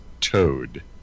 toad